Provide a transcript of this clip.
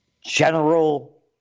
General